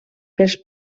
pels